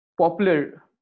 popular